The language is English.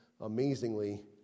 amazingly